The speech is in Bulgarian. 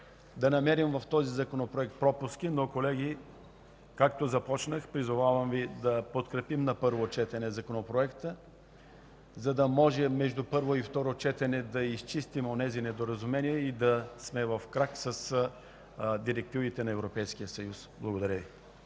да намерим пропуски, но, колеги, както започнах – призовавам Ви да подкрепим на първо четене Законопроекта, за да може между първо и второ четене да изчистим недоразуменията и да сме в крак с директивите на Европейския съюз. Благодаря Ви.